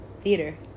Theater